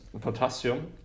potassium